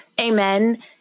amen